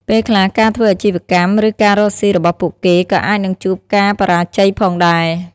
ពេលខ្លះ ការធ្វើអាជីវកម្ម ឬការរកស៊ីរបស់ពួកគេក៏អាចនឹងជួបការបរាជ័យផងដែរ។